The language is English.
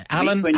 Alan